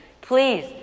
Please